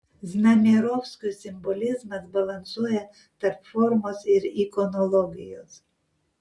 znamierovskio simbolizmas balansuoja tarp formos ir ikonologijos